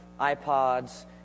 iPods